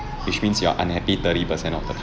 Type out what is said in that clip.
which means you are unhappy thirty per cent of the time